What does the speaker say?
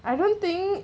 I don't think